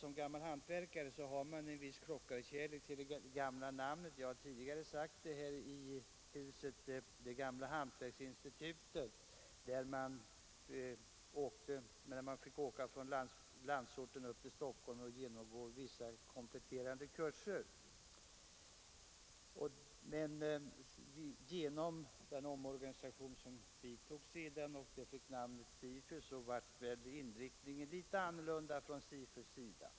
Som gammal hantverkare har jag en viss klockarkärlek till det gamla namnet — jag har tidigare talat i detta hus om det gamla hantverksinstitutet i Stockholm, dit man fick åka från landsorten och genomgå vissa kompletteringskurser — men genom den omorganisation som vidtogs och genom att namnet ändrades till SIFU blev dess inriktning litet annorlunda än tidigare.